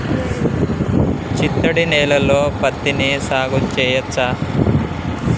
చిత్తడి నేలలో పత్తిని సాగు చేయచ్చా?